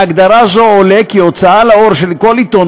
מהגדרה זו עולה כי הוצאה לאור של כל עיתון,